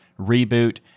Reboot